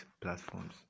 platforms